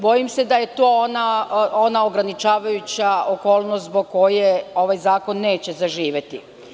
Bojim se da je to ona ograničavajuća okolnost zbog koje ovaj zakon neće zaživeti.